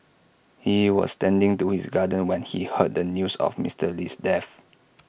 he was tending to his garden when he heard the news of Mister Lee's death